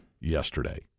Yesterday